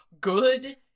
good